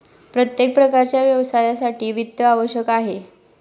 प्रत्येक प्रकारच्या व्यवसायासाठी वित्त आवश्यक आहे